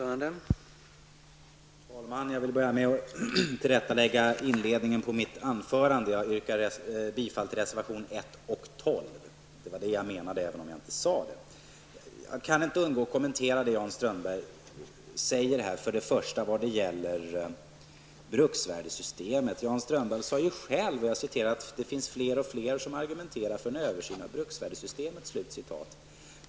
Herr talman! Jag vill börja med att göra ett tillrättaläggande beträffande mitt inledningsanförande. Jag yrkar bifall till reservationerna 1 och 12. Det var detta jag menade, även om jag inte sade det. Jag kan inte undgå att kommentera det Jan Strömdahl säger först och främst beträffande bruksvärdessystemet. Jan Strömdahl sade själv att fler och fler argumenterar för en översyn av bruksvärdessystemet.